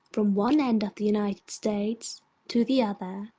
from one end of the united states to the other,